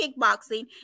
kickboxing